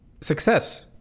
success